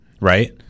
right